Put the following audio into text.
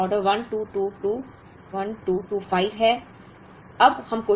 तो हमारा 1st order 1225 है